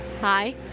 hi